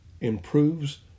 improves